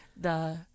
the-